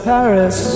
Paris